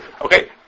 Okay